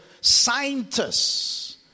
scientists